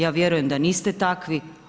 Ja vjerujem da niste takvi.